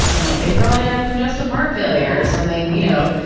i'm like, they probably have congestive heart failure or something. you know.